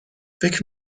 فکر